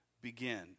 begin